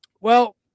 Well-